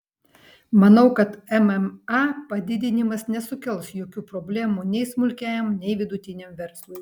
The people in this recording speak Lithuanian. manau kad mma padidinimas nesukels jokių problemų nei smulkiajam nei vidutiniam verslui